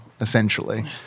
essentially